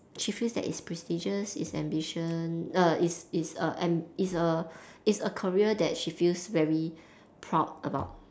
she feels that it's prestigious it's ambition err it's it's a am~ it's a it's a career that she feels very proud about